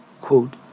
quote